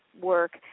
work